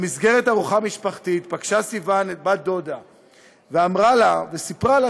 בארוחה משפחתית פגשה סיוון את בת דודתה וזו סיפרה לה